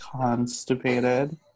constipated